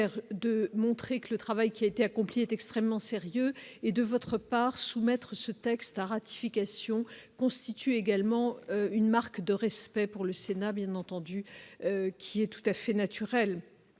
de montrer que le travail qui a été accompli est extrêmement sérieux et de votre part soumettre ce texte à ratification constitue également une marque de respect pour le Sénat, bien entendu, qui est tout à fait naturel,